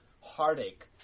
heartache